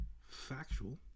factual